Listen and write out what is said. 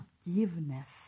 forgiveness